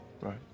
Right